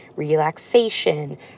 relaxation